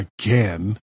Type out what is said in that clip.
again